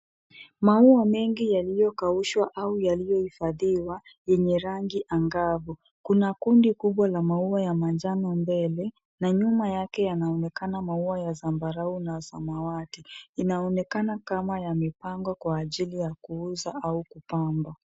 Maua mengi yaliyokaushwa au yaliyohifadhiwa yenye rangi angavu. Kuna kundi kubwa la maua ya manjano mbele na nyuma yake yanaonekana maua ya zambarau na samawati. Inaonekana kama yamepangwa kwa ajili ya kuuzwa au kupamba.